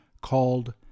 called